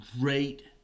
great